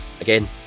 Again